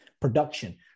Production